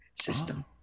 system